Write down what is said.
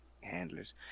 Handlers